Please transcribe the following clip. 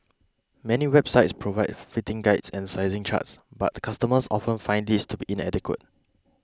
many websites provide fitting guides and sizing charts but customers often find these to be inadequate